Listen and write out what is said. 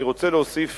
אני רוצה להוסיף